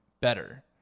better